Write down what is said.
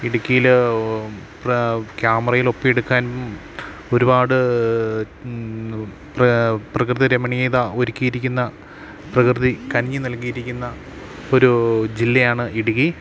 ഇടുക്കിയിൽ ക്യാമറയിലൊപ്പിയെടുക്കാനും ഒരുപാട് പ്രകൃതി രമണീയത ഒരുക്കിയിരിക്കുന്ന പ്രകൃതി കനിഞ്ഞ് നൽകിയിരിക്കുന്ന ഒരു ജില്ലയാണ് ഇടുക്കി